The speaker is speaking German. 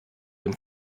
dem